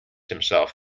himself